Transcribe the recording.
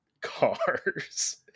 cars